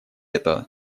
это